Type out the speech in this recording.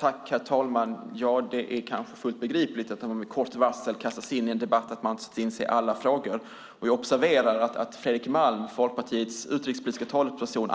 Herr talman! Det är kanske fullt begripligt att man när man med kort varsel kastas in i en debatt inte är insatt i alla frågor. Jag observerar att Fredrik Malm, Folkpartiets utrikespolitiske talesperson, lite